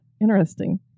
interesting